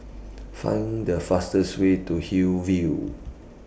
Find The fastest Way to Hillview